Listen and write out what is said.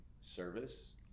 service